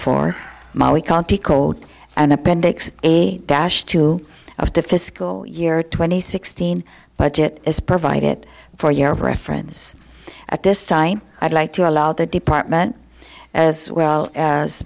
can't decode an appendix a dash two of the fiscal year twenty sixteen budget is provided for your reference at this time i'd like to allow the department as well as